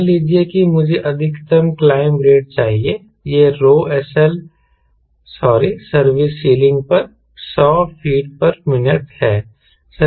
मान लीजिए कि मुझे अधिकतम क्लाइंब रेट चाहिए यह ρSL सॉरी सर्विस सीलिंग पर 100 फीट मिनट है